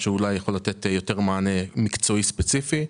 שאולי יכול לתת מענה יותר מקצועי ספציפי.